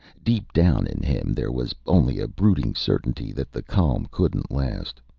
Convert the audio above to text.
deep down in him there was only a brooding certainty that the calm couldn't last.